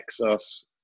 Exos